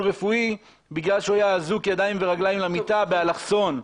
רפואי בגלל שהוא היה אזוק ידיים ורגליים למיטה באלכסון,